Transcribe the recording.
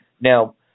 Now